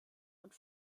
und